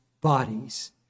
bodies